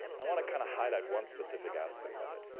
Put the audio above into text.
i want to kind of highlight one specific aspect of it.